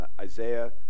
Isaiah